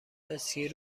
اسکی